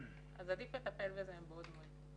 אז עדיף לטפל בזה מבעוד מועד.